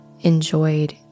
enjoyed